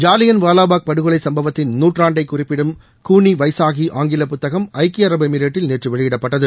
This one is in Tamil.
ஜாலியன் வாலாபாக் படுகொலை சம்பவத்தின் நாற்றாண்டை குறிப்பிடும் கூனி வைசாஹி ஆங்கில புத்தகம் ஐக்கிய அரபு எமிரேட்டில் நேற்று வெளியிடப்பட்டது